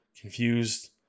confused